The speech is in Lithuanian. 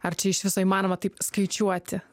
ar čia iš viso įmanoma taip skaičiuoti